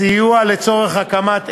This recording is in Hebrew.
סיוע לצורך הקמת עסק,